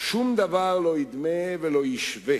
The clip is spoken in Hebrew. שום דבר לא ידמה ולא ישווה